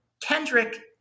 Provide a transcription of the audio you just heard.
Kendrick